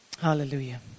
hallelujah